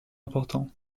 importants